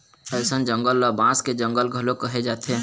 अइसन जंगल ल बांस के जंगल घलोक कहे जाथे